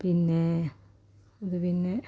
പിന്നേ ഇത് പിന്നെ